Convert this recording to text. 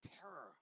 terror